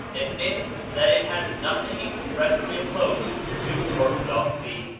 admits that it has nothing expressly opposed to orthodoxy.